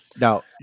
now